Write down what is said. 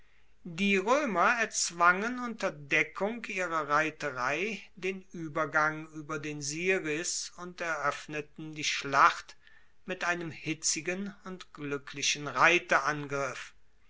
die roemer erzwangen unter deckung ihrer reiterei den uebergang ueber den siris und eroeffneten die schlacht mit einem hitzigen und gluecklichen